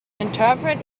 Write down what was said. interpret